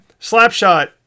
Slapshot